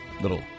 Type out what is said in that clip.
little